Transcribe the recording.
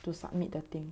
to submit the thing